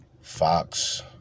Fox